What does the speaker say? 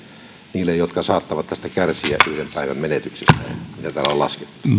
niille jotka saattavat kärsiä tästä yhden päivän menetyksestä mitä täällä on laskettu